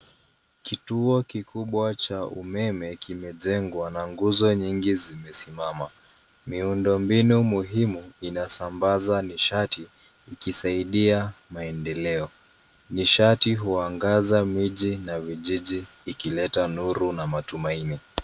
Kituo kikubwa cha umeme kimejengwa na nguzo nyingi zimesimama. Miundombinu muhimu inasambaza nishati ikisaidia maendeleo. Nishati huangaza miji na vijiji ikileta nuru na matumaini.